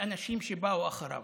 באנשים שבאו אחריו.